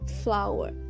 flower